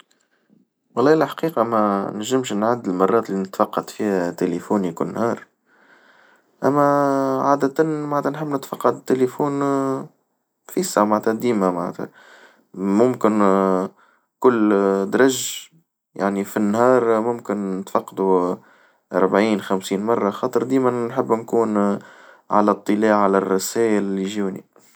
والله الحقيقة ما نجمش نعد المرات اللي نتفقط فيها تيليفوني كل نهار، أما عادة معنتها نحب نتفقط التليفون فيس معنتها ديما معناتها، ممكن كل درج يعني في النهار ممكن نتفقدو أربع وخمسين مرة خاطر ديما نحب نكونو على اطلاع على الرسائل اليجوني.